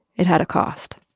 it had a cost.